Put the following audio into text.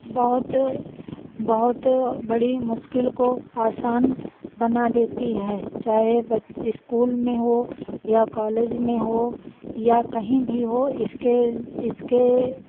बहुत बहुत बड़ी मुश्किल को आसान बना देती है चाहे इस्कूल में हो या कॉलेज में हो या कहीं भी हो इसके इसके